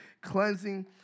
cleansing